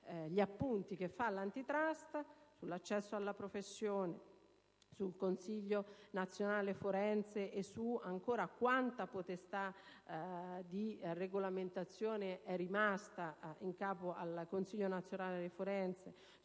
gli appunti che fa l'*Antitrust* sull'accesso alla professione, sul Consiglio nazionale forense e su quanta potestà di regolamentazione è rimasta in capo ad esso, sulle associazioni